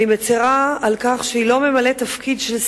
אני מצרה על כך שהיא לא ממלאת תפקיד של שרה,